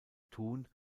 thun